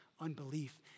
unbelief